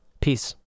Peace